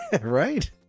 right